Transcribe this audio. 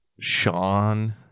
Sean